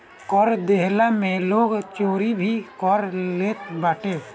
कर देहला में लोग चोरी भी कर लेत बाटे